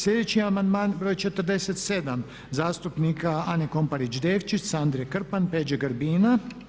Sljedeći amandman br. 47. zastupnika Ane Komparić Devčić, Sandre Krpan, Peđe Grbina.